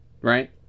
Right